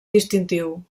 distintiu